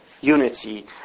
unity